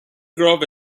grove